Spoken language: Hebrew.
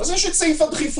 אז יש את סעיף הדחיפות.